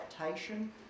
adaptation